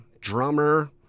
drummer